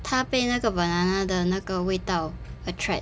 它被那个 banana 的那个味道 attract